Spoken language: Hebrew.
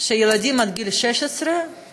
שילדים על גיל 16 יקבלו